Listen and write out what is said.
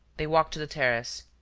they walked to the terrace.